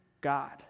God